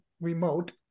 remote